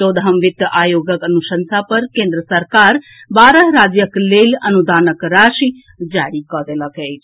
चौदहम वित्त आयोगक अनुशंसा पर केन्द्र सरकार बारह राज्यक लेल अनुदानक राशि जारी कऽ देलक अछि